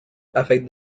affect